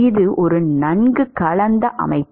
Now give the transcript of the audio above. இது ஒரு நன்கு கலந்த அமைப்பு